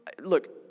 look